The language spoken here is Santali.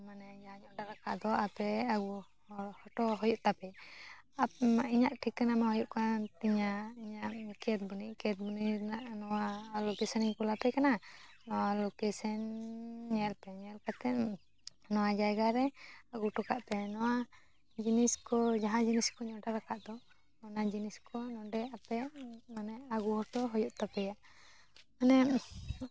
ᱢᱟᱱᱮ ᱡᱟᱦᱟᱸᱧ ᱚᱰᱟᱨᱟᱠᱟᱫ ᱫᱚ ᱟᱯᱮ ᱟᱜᱩ ᱦᱚᱴᱚ ᱦᱩᱭᱩᱜ ᱛᱟᱯᱮᱭᱟ ᱤᱧᱟᱹᱜ ᱴᱷᱤᱠᱟᱱᱟ ᱢᱟ ᱦᱩᱭᱩᱜ ᱠᱟᱱ ᱛᱤᱧᱟᱹ ᱠᱮᱱᱫᱵᱚᱱᱤ ᱠᱮᱱᱫᱵᱚᱱᱤ ᱨᱮᱱᱟᱜ ᱱᱚᱣᱟ ᱞᱳᱠᱮᱥᱚᱱᱤᱧ ᱠᱳᱞᱟᱯᱮ ᱠᱟᱱᱟ ᱱᱚᱣᱟ ᱞᱳᱠᱮᱥᱚᱱ ᱧᱮᱞ ᱯᱮ ᱱᱚᱣᱟ ᱡᱟᱭᱜᱟ ᱨᱮ ᱟᱜᱩ ᱦᱚᱴᱚ ᱠᱟᱜ ᱯᱮ ᱱᱚᱣᱟ ᱡᱤᱱᱤᱥ ᱠᱚ ᱡᱟᱦᱟᱸ ᱡᱤᱱᱤᱥ ᱠᱚᱹᱧ ᱚᱰᱟᱨᱟᱠᱟᱫ ᱫᱚ ᱚᱱᱟ ᱡᱤᱱᱤᱥ ᱠᱚ ᱱᱚᱰᱮ ᱟᱯᱮ ᱢᱟᱱᱮ ᱟᱜᱩ ᱦᱚᱴᱚ ᱦᱩᱭᱩᱜ ᱛᱟᱯᱮᱭᱟ